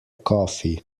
coffee